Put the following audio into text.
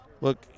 look